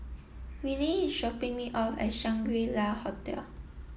Willy is dropping me off at Shangri La Hotel